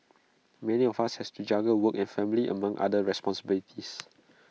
many of us has to juggle work and family among other responsibilities